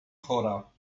chora